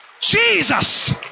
Jesus